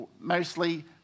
mostly